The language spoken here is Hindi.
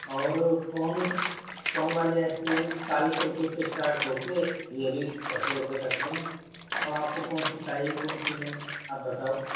और कोन कोन वाली आइस क्रीम चालीस रुपये से स्टार्ट हो कर यह भी छः सौ रुपये तक की अब आपको कौन सी चाहिए कौन सी नहीं आप बताओ